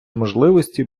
можливості